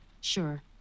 Sure